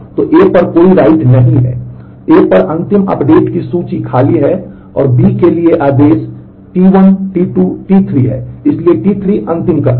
तो A पर कोई write नहीं है A पर अंतिम अपडेट की सूची खाली है और B के लिए आदेश T1 T2 T3 है इसलिए T3 अंतिम करता है